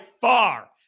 far